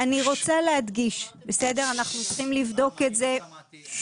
רוצה להדגיש, אנחנו צריכים לבדוק את זה.